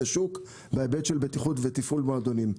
השוק בהיבט של בטיחות ותפעול מועדונים,